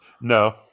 No